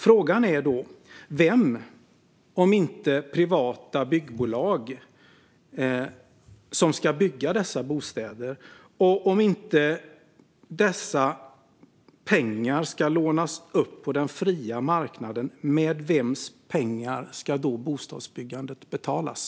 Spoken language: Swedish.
Frågan är vem om inte privata byggbolag som ska bygga dessa bostäder. Om inte dessa pengar ska lånas upp på den fria marknaden, med vems pengar ska då bostadsbyggandet betalas?